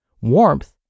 warmth